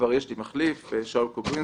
כבר יש לי מחליף, שאול קוברינסקי.